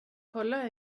kolla